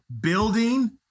building